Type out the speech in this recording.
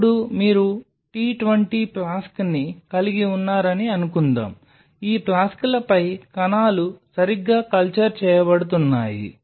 ఇప్పుడు మీరు t 20 ఫ్లాస్క్ని కలిగి ఉన్నారని అనుకుందాం ఈ ఫ్లాస్క్లపై కణాలు సరిగ్గా కల్చర్ చేయబడుతున్నాయి